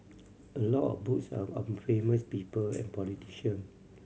a lot of books are on famous people and politician